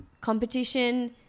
competition